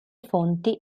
fonti